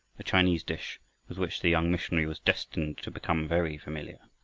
a chinese dish with which the young missionary was destined to become very familiar.